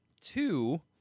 Two